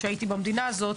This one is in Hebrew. הייתי במדינה הזאת,